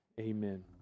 amen